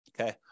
Okay